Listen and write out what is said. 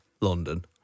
London